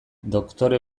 doktore